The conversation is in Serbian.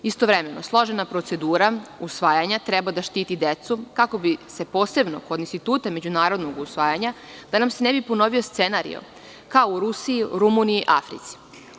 Istovremeno, složena procedura usvajanja treba da štiti decu, kako bi se posebno kod instituta međunarodnog usvajanja, da nam se ne bi ponovio scenarijo kao u Rusiji, Rumuniji, Africi.